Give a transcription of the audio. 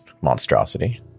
monstrosity